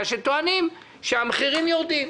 טוענים שהמחירים יורדים.